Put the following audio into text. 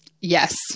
Yes